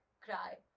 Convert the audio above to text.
cry